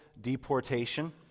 deportation